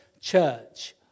church